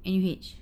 N_U_H